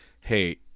hey